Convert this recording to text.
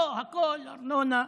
פה, הכול, ארנונה,